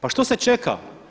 Pa što se čeka?